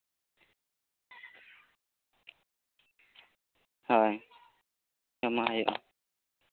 ᱦᱚᱭ ᱮᱢᱟᱜ ᱦᱩᱭᱩᱜᱼᱟ